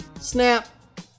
snap